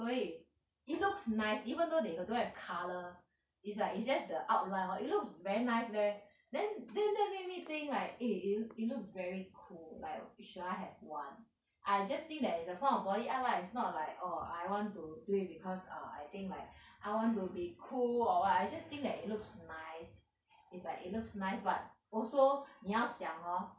所以 it looks nice even though they don't have colour is like is just the outline [what] it looks very nice leh then that let made me think like eh it looks it looks very cool like should I have one I just think that it's a form of body art lah it's not like orh I want to do it because err I think like I want to be cool or what I just think that it looks nice is like it looks nice but also 你要想 hor